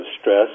stress